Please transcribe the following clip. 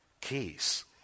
keys